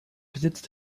besitzt